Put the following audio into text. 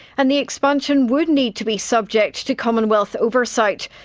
and the expansion would need to be subject to commonwealth oversight,